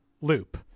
loop